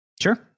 Sure